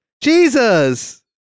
Jesus